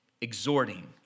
Exhorting